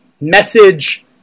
message